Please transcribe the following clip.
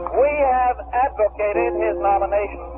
we have advocated his nomination